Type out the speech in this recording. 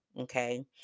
okay